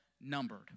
numbered